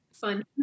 fun